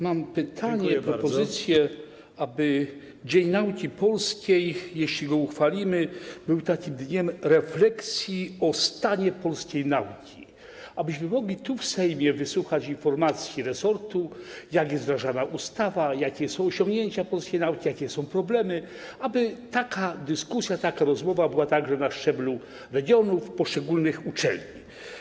Mam pytanie, propozycję, aby Dzień Nauki Polskiej, jeśli go uchwalimy, był takim dniem refleksji o stanie polskiej nauki, abyśmy mogli tu, w Sejmie, wysłuchać informacji resortu, jak jest wdrażana ustawa, jakie są osiągnięcia polskiej nauki, jakie są problemy, aby taka dyskusja, taka rozmowa, była także prowadzona na szczeblu regionów, poszczególnych uczelni.